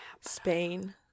Spain